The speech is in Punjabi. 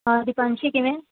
ਹਾਂ ਦਿਪਾਂਸ਼ੀ ਕਿਵੇਂ